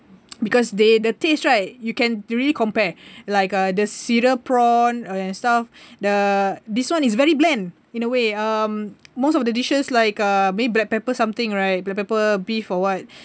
because they the taste right you can really compare like uh the cereal prawn and stuff the this one is very bland in a way um most of the dishes like uh maybe black pepper something right black pepper beef or what